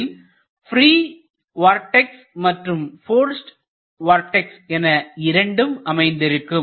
இதில் free vortex மற்றும் forced vortex என இரண்டும் அமைந்திருக்கும்